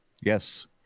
Yes